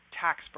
tax